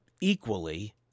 equally